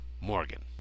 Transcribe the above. Morgan